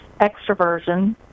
extroversion